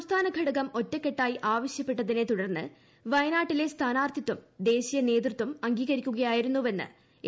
സംസ്ഥാന ഘടകം ഒറ്റക്കെട്ടായി ആവശ്യപ്പെട്ടതിനെ തുടർന്ന് വയനാട്ടിലെ സ്ഥാനാർത്ഥിത്വം ദേശീയ നേതൃത്വം അംഗീകരിക്കുകയായിരുന്നു വെന്ന് എ